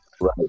right